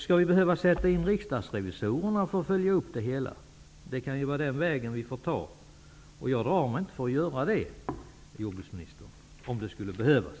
Skall vi behöva sätta in riksdagsrevisorerna för att följa upp det här? Det kan vara den vägen vi får ta. Jag drar mig inte för att göra det, jordbruksministern, om det skulle behövas.